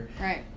right